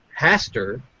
Haster